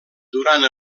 durant